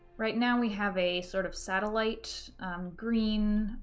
right now we have a sort of satellite green,